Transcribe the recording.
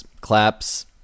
claps